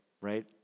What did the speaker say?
right